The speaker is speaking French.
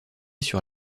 sur